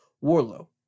Warlow